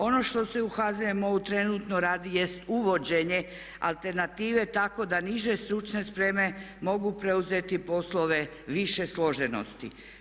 Ono što se u HZMO-u trenutno radi jest uvođenje alternative tako da niže stručne spreme mogu preuzeti poslove više složenosti.